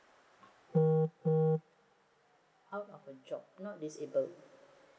out of a job not disable